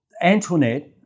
Antoinette